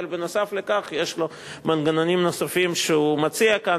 אבל נוסף על כך יש לו מנגנונים נוספים שהוא מציע כאן,